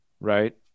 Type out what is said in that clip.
right